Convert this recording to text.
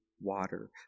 water